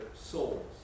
souls